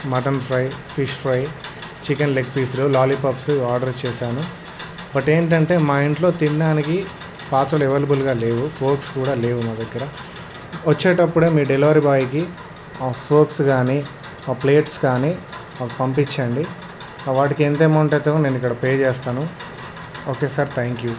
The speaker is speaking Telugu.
mutton fry fish fry chicken leg పీసులు లాలీపాప్స్ ఆర్డర్ చేసాను బట్ ఏంటంటే మా ఇంట్లో తినడానికి పాత్రలు అవైలబుల్గా లేవు ఫోర్క్స్ కూడా లేవు మా దగ్గర వచ్చేటప్పుడే మీ డెలివరీ బాయ్కి ఆ ఫోర్క్స్ కానీ ఆ ప్లేట్స్ కానీ పంపించండి వాటికి ఎంత అమౌంట్ అవుతుందో నేను ఇక్కడ పే చేస్తాను ఓకే సార్ థ్యాంక్ యూ